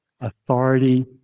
authority